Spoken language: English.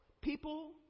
people